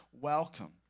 welcome